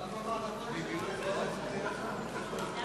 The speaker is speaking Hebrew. ההצבעה הסתיימה.